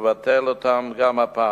יבטל אותן גם הפעם.